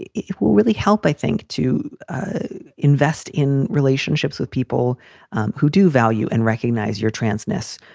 it will really help, i think, to invest in relationships with people who do value and recognize your trans ness